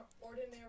ordinary